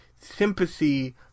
sympathy